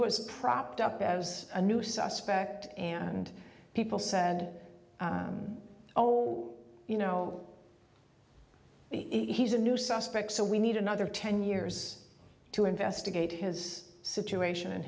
was propped up as a new suspect and people said oh you know the he's a new suspect so we need another ten years to investigate his situation and